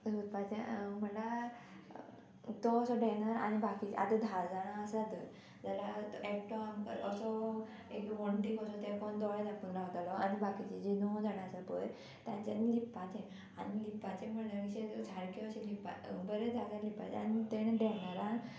सोदपाचें म्हणल्यार तो असो डॅनर आनी बाकी आतां धा जाणां आसा धर जाल्यार तो एकटो आमकां असो एक वणटीक असो तेंकोन दोळे धांपून रावतलो आनी बाकीचीं जीं णव जाणां आसा पय तांच्यांनी लिपपाचें आनी लिपपाचें म्हणल्यार अशें सारकें अशें बरे जाग्यार लिपपाचें आनी तेणें डॅनरान